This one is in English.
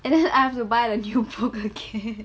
and then I have to buy a new book again